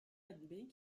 admet